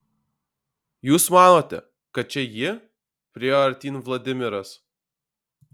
jūs manote kad čia ji priėjo artyn vladimiras